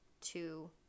two